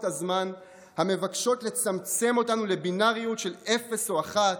הזמן המבקשות לצמצם אותנו לבינאריות של אפס או אחת,